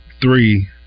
three